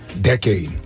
decade